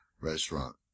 Restaurant